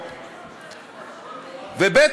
ב.